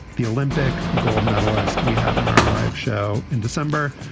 the olympic gold medalist we had on our live show in december.